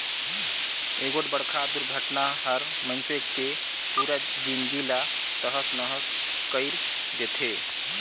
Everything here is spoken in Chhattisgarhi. एगोठ बड़खा दुरघटना हर मइनसे के पुरा जिनगी ला तहस नहस कइर देथे